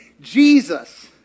Jesus